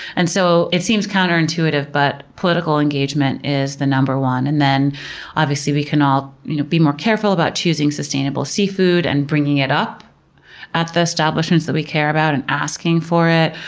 and so it seems counterintuitive, but political engagement is the number one. and then obviously we can all you know be more careful about choosing sustainable seafood and bringing it up at the establishments that we care about and asking for it.